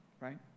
right